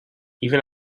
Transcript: even